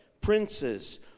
Princes